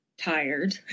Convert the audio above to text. tired